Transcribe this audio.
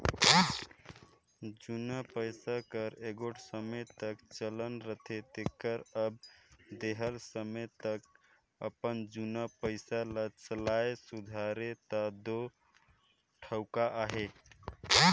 जुनहा पइसा कर एगोट समे तक चलन रहथे तेकर जब देहल समे तक अपन जुनहा पइसा ल चलाए सुधारे ता दो ठउका अहे